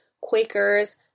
Quakers